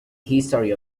history